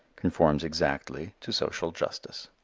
conforms exactly to social justice.